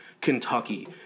Kentucky